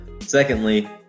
secondly